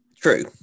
True